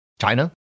China